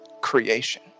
creation